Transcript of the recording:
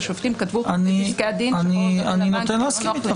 השופטים כתבו בפסקי הדין שחור על גבי לבן שזה לא נוח להם.